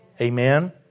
Amen